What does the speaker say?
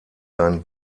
seinen